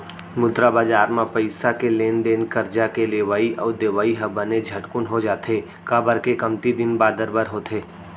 मुद्रा बजार म पइसा के लेन देन करजा के लेवई अउ देवई ह बने झटकून हो जाथे, काबर के कमती दिन बादर बर होथे